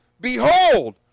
Behold